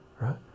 right